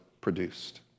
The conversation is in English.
produced